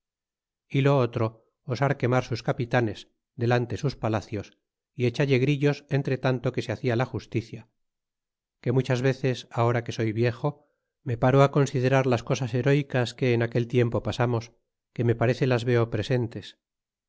y lo otro osar quemar sus capitanes delante sus palacios y echalle grillos entre tanto que se hacia la justicia que muchas veces ahora que soy viejo me paro considerar las cosas herecas que en aquel tiempo pasarnos que me parece las veo presentes